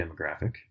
demographic